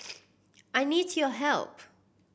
I need your help